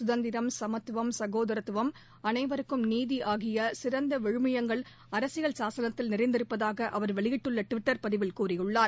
சுதந்திரம் சமத்துவம் சனேதரத்துவம் அனைவருக்கும் நீதி ஆகிய சிறந்த விழுமியங்கள் அரசியல் சாசனத்தில் நிறைந்திருப்பதாக அவர் வெளியிட்டுள்ள டுவிட்டர் பதிவில் கூறியுள்ளார்